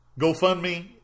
GoFundMe